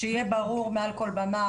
שיהיה ברור מעל כל במה,